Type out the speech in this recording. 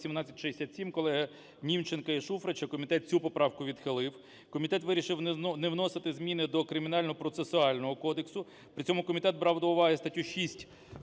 1767 колеги Німченка і Шуфрича, комітет цю поправку відхилив. Комітет вирішив не вносити зміни до Кримінально-процесуального кодексу, при цьому комітет брав до уваги статтю 6